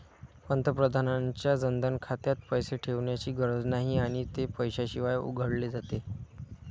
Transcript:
पंतप्रधानांच्या जनधन खात्यात पैसे ठेवण्याची गरज नाही आणि ते पैशाशिवाय उघडले जाते